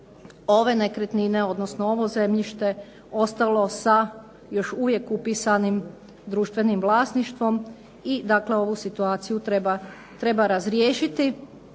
ove nekretnine, odnosno ovo zemljište ostalo sa još uvijek upisanim društvenim vlasništvom, i dakle ovu situaciju treba razriješiti,